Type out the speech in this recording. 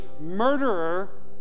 murderer